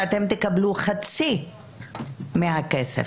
שתקבלו חצי מהכסף.